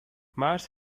mars